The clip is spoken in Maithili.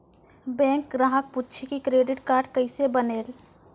बैंक ग्राहक पुछी की क्रेडिट कार्ड केसे बनेल?